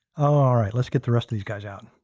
ah all right. let's get the rest of these guys out.